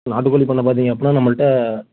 நாட்டுக் கோழி பண்ணை பார்த்திங்க அப்புடின்னா நம்மள்கிட்ட